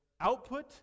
output